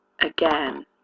Again